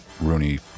Rooney